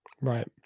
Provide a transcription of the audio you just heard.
Right